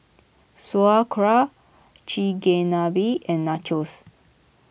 Sauerkraut Chigenabe and Nachos